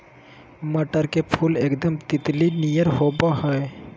मटर के फुल एकदम तितली नियर होबा हइ